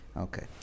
Okay